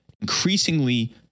increasingly